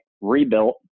rebuilt